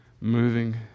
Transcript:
Moving